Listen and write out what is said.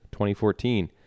2014